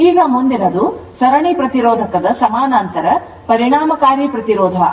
ಈಗ ಮುಂದಿನದು ಸರಣಿ ಪ್ರತಿರೋಧಕದ ಸಮಾನಾಂತರ ಪರಿಣಾಮಕಾರಿ ಪ್ರತಿರೋಧವಾಗಿರುತ್ತದೆ